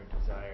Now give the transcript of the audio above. desire